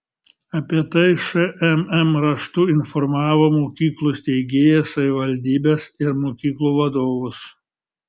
apie tai šmm raštu informavo mokyklų steigėjas savivaldybes ir mokyklų vadovus